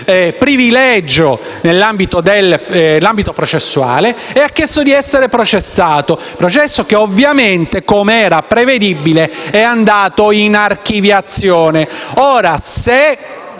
privilegio in ambito processuale e ha chiesto di essere processato; processo che ovviamente, come era prevedibile, è andato in archiviazione.